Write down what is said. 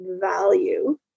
value